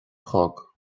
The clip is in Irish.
chlog